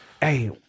hey